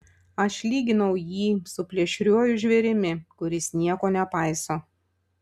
aš lyginau jį su plėšriuoju žvėrimi kuris nieko nepaiso